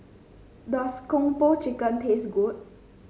does Kung Po Chicken taste good